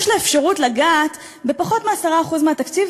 יש לה אפשרות לגעת בפחות מ-10% מהתקציב